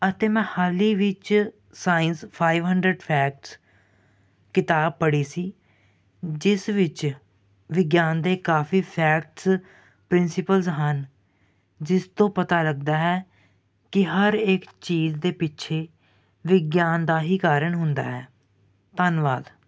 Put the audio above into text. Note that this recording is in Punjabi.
ਅਤੇ ਮੈਂ ਹਾਲ ਹੀ ਵਿੱਚ ਸਾਇੰਸ ਫਾਈਵ ਹੰਡਰਡ ਫੈਕਟਸ ਕਿਤਾਬ ਪੜ੍ਹੀ ਸੀ ਜਿਸ ਵਿੱਚ ਵਿਗਿਆਨ ਦੇ ਕਾਫੀ ਫੈਕਟਸ ਪ੍ਰਿੰਸੀਪਲਜ਼ ਹਨ ਜਿਸ ਤੋਂ ਪਤਾ ਲੱਗਦਾ ਹੈ ਕਿ ਹਰ ਇੱਕ ਚੀਜ਼ ਦੇ ਪਿੱਛੇ ਵਿਗਿਆਨ ਦਾ ਹੀ ਕਾਰਨ ਹੁੰਦਾ ਹੈ ਧੰਨਵਾਦ